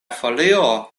folio